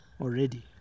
Already